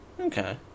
okay